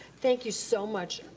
thank you so much.